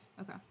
Okay